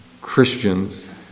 Christians